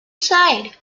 side